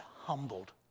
humbled